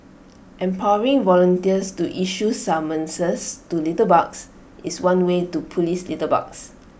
empowering volunteers to issue summonses to litterbugs is one way to Police litterbugs